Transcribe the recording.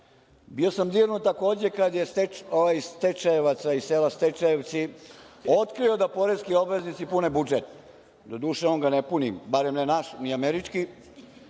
Bio sam dirnut, takođe, kad je ovaj iz sela „Stečajevci“ otkrio da poreski obveznici pune budžet. Doduše, on ga ne puni, barem ne naš, ni američki,